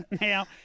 Now